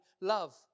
love